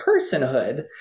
personhood